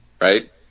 right